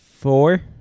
four